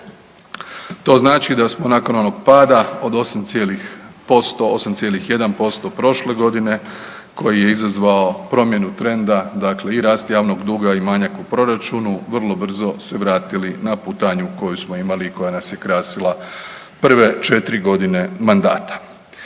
To znači da smo nakon onog pada od 8 cijelih posto, 8,1% prošle godine, koji je izazvao promjenu trenda, dakle i rast javnog duga i manjak u proračunu, vrlo brzo se vratili na putanju koju smo imali i koja nas je krasila prve 4 godine mandata.